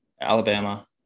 Alabama